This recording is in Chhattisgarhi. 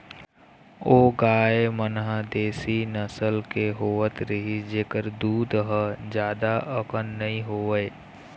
ओ गाय मन ह देसी नसल के होवत रिहिस जेखर दूद ह जादा अकन नइ होवय